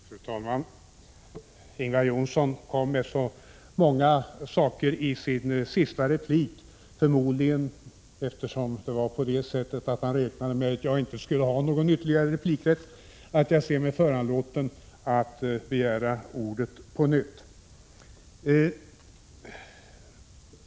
Fru talman! Ingvar Johnsson gjorde så många påståenden i sin senaste replik — förmodligen eftersom han räknade med att jag inte skulle ha någon ytterligare replikrätt — att jag ser mig föranlåten att begära ordet på nytt.